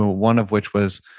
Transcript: ah one of which was,